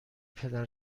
پدر